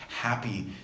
happy